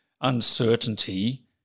uncertainty